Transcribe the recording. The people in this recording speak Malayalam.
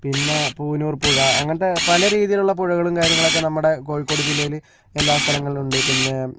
പിന്നെ പൂനൂർപ്പുഴ അങ്ങനത്ത പല രീതിയിലുള്ള പുഴകളും കാര്യങ്ങളൊക്കെ നമ്മടെ കോഴിക്കോട് ജില്ലയിൽ എല്ലാ സ്ഥലങ്ങളിലുണ്ട് പിന്നെ